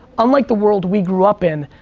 unlike the world we grew up in,